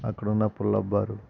అక్కడ ఉన్న పుల్అప్ బారు